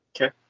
okay